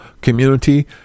community